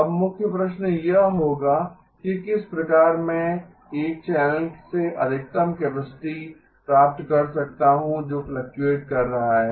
अब मुख्य प्रश्न यह होगा कि किस प्रकार मैं एक चैनल से अधिकतम कैपेसिटी प्राप्त कर सकता हूं जो फ्लक्टुएट कर रहा है